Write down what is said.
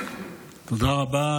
תודה רבה.